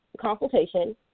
consultation